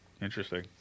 Interesting